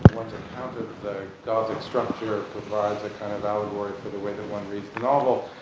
one's encountered the gothic structure provides a kind of allegory for the way that one reads the novel,